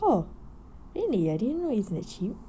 oh really I didn't know is that cheap